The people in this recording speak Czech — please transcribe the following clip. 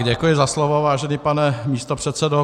Děkuji za slovo, vážený pane místopředsedo.